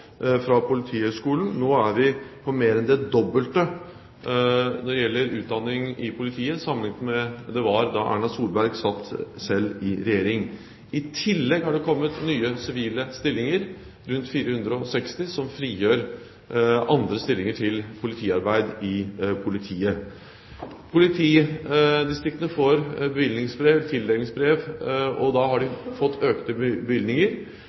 fra Politihøgskolen. Nå er vi på mer enn det dobbelte når det gjelder utdanning i politiet, sammenlignet med hvordan det var da Erna Solberg selv satt i regjering. I tillegg har det kommet rundt 460 nye sivile stillinger som frigjør andre stillinger til politiarbeid i politiet. Politidistriktene får bevilgningsbrev, tildelingsbrev, og da har de fått økte bevilgninger.